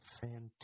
fantastic